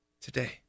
today